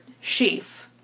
sheaf